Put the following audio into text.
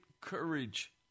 courage